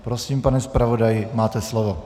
Prosím, pane zpravodaji, máte slovo.